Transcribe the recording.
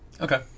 Okay